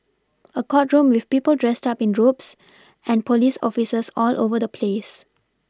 a courtroom with people dressed up in robes and police officers all over the place